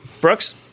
Brooks